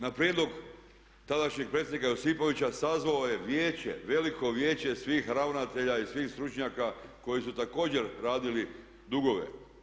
Na prijedlog tadašnjeg predsjednika Josipovića sazvao je vijeće, veliko vijeće svih ravnatelja i svih stručnjaka koji su također radili dugove.